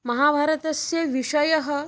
महाभारतस्य विषयः